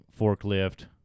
forklift